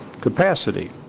capacity